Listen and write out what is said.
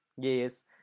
Yes